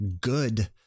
good